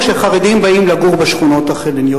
כשחרדים באים לגור בשכונות החילוניות,